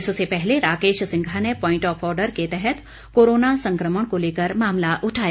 इससे पहले राकेश सिंघा ने प्वाइंट आफ आर्डर के तहत कोरोना संक्रमण को लेकर मामला उठाया